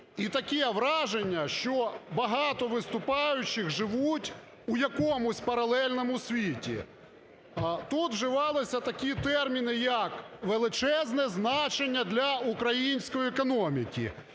І таке враження, що багато виступаючих живуть у якомусь паралельному світі. Тут вживалися такі терміни, як "величезне значення для української економіки".